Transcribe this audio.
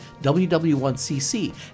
WW1CC